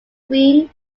green